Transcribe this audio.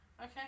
Okay